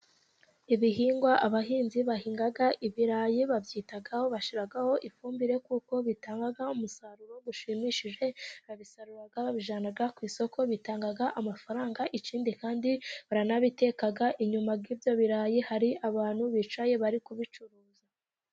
Ibihingwa abahinzi bahinga ibirayi babyitaho, bashyiraho ifumbire, kuko bitanga umusaruro ushimishije, babisarura babijyana ku isoko, bitanga amafaranga, ikindi kandi baranabiteka, inyuma y'ibyo birayi, hari abantu bicaye bari kubicuruza.